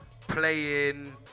playing